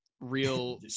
Real